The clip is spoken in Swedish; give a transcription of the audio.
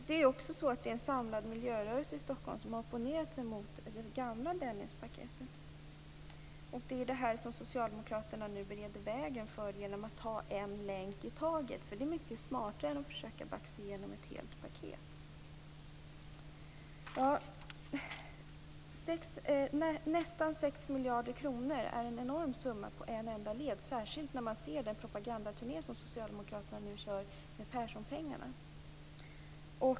Det finns en samlad miljörörelse i Stockholm som har opponerat sig mot det gamla Dennispaketet. Det är detta som socialdemokraterna nu bereder vägen för genom att ta en länk i taget. Det är mycket smartare än att försöka att baxa igenom ett helt paket. Nästan 6 miljarder kronor på en enda led är en enorm summa, särskilt när man ser den propagandaturné som socialdemokraterna nu genomför med Perssonpengarna.